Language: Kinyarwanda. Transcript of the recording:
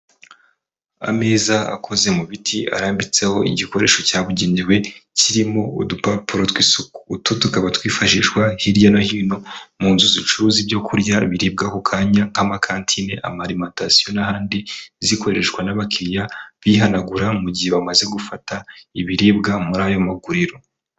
Ameza akoze mu biti arambitseho igikoresho cyabugenewe kirimo udupapuro tw'isuku, utu tukaba twifashishwa hirya no hino mu nzu zicuruza ibyo kurya biribwa ako kanya nk'amakantine, amarimatasiyo n'ahandi, zikoreshwa n'abakiriya bihanagura mu gihe bamaze gufata ibiribwa muri ayo maguriro.